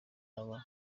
baba